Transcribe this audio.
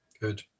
good